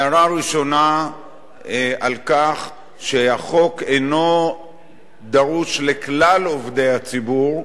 הערה ראשונה על כך שהחוק אינו דרוש לכלל עובדי הציבור,